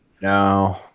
No